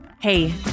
Hey